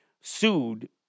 sued